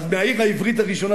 אז מהעיר העברית הראשונה,